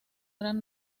gran